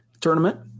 tournament